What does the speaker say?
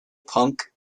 punk